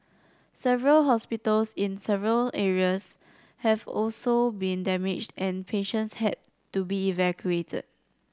several hospitals in several areas have also been damaged and patients had to be evacuated